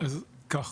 אז ככה: